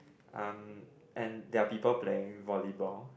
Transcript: um and there are people playing volleyball